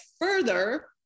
further